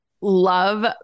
love